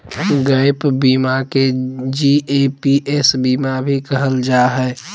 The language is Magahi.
गैप बीमा के जी.ए.पी.एस बीमा भी कहल जा हय